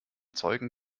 zeugen